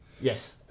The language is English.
yes